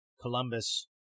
Columbus